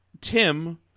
Tim